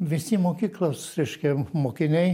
visi mokyklos reiškia mokiniai